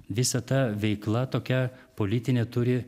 visa ta veikla tokia politinė turi